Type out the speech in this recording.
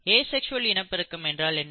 asexual இனப்பெருக்கம் என்றால் என்ன